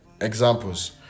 examples